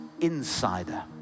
insider